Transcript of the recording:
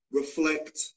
reflect